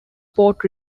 port